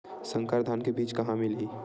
संकर धान के बीज कहां मिलही?